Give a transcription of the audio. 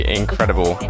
incredible